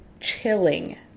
chilling